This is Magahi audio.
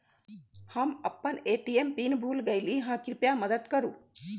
हम अपन ए.टी.एम पीन भूल गेली ह, कृपया मदत करू